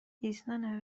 ایسنا